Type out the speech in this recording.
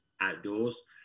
outdoors